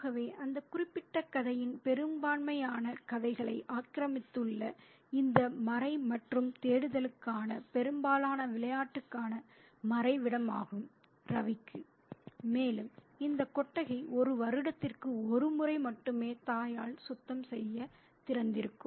ஆகவே இந்த குறிப்பிட்ட கதையின் பெரும்பான்மையான கதைகளை ஆக்கிரமித்துள்ள இந்த மறை மற்றும் தேடுதலுக்கான பெரும்பாலான விளையாட்டுக்கான மறைவிடமாகும் ரவிக்கு மேலும் இந்த கொட்டகை ஒரு வருடத்திற்கு ஒரு முறை மட்டுமே தாயால் சுத்தம் செய்ய திறந்திருக்கும்